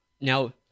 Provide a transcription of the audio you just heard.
Now